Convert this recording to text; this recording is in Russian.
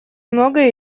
многое